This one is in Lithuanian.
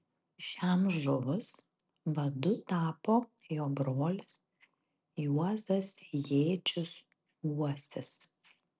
šiam žuvus vadu tapo jo brolis juozas jėčius uosis